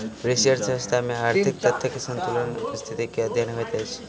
व्यष्टि अर्थशास्त्र में आर्थिक तथ्यक संतुलनक स्थिति के अध्ययन होइत अछि